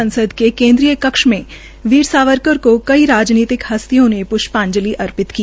संसद के केन्द्रीय कक्ष में वीर सावरकर को कई राजनीतिक हस्तियों ने प्ष्पाजंलि अर्पित की